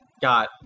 got